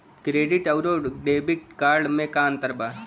Credit अउरो debit card मे का अन्तर बा?